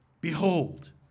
Behold